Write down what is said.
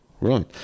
right